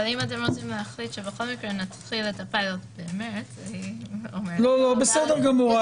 אם אתם רוצים להחליט שבכל מקרה נתחיל את הפילוט במרס יש לכם שנתיים.